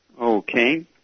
Okay